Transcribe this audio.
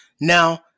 Now